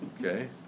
Okay